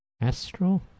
Astro